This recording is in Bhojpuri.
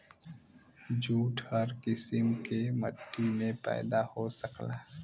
जूट हर किसिम के मट्टी में पैदा हो सकला